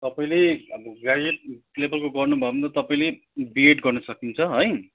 तपाईँले अब ग्र्याजुएट लेभलको गर्नुभयो भने तपाईँले बिएड गर्न सक्नुहुन्छ है